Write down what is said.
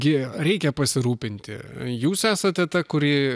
gi reikia pasirūpinti jūs esate ta kuri